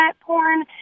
porn